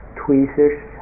tweezers